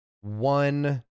one